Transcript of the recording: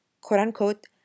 quote-unquote